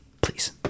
please